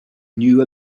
knew